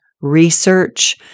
research